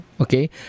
okay